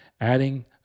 adding